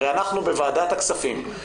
הרי אנחנו בוועדת הכספים, בפרוטוקול,